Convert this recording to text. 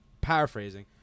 paraphrasing